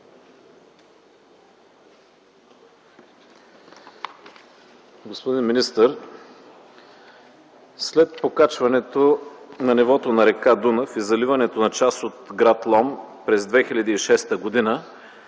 Господин министър, след покачването на нивото на р. Дунав и заливането на част от гр. Лом през 2006 г.,